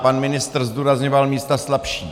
Pan ministr zdůrazňoval místa slabší.